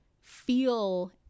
feel